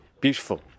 beautiful